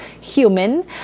human